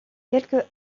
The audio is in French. quelques